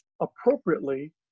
appropriately